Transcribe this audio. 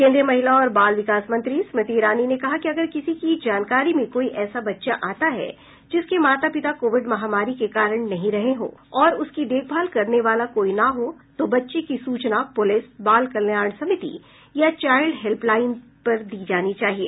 केन्द्रीय महिला और बाल विकास मंत्री स्मृति ईरानी ने कहा है कि अगर किसी की जानकारी में कोई ऐसा बच्चा आता है जिसके माता पिता कोविड महामारी के कारण नहीं रहे हो और उसकी देखभाल करने वाला कोई ना हो तो बच्चे की सूचना पुलिस बाल कल्याण समिति या चाइल्ड हेल्प लाइन दी जानी चाहिए